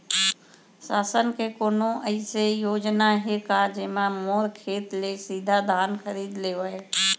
शासन के कोनो अइसे योजना हे का, जेमा मोर खेत ले सीधा धान खरीद लेवय?